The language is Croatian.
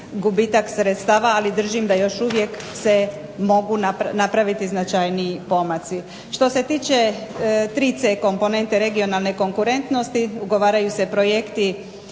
gubitak sredstava, ali držim da još uvijek se mogu napraviti značajniji pomaci. Što se tiče 3C komponente regionalne konkurentnosti ugovaraju se projekti